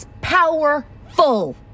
Powerful